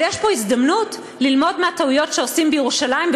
אבל יש פה הזדמנות ללמוד מהטעויות שעושים בירושלים,